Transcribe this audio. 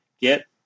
get